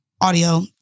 audio